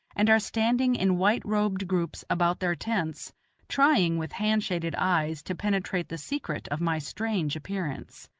and are standing in white-robed groups about their tents trying with hand-shaded eyes to penetrate the secret of my strange appearance.